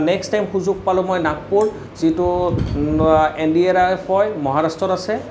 next time সুযোগ পালোঁ মই নাগপুৰ যিটো এন ডি আৰ এফ হয় যিটো মহাৰাষ্ট্ৰত আছে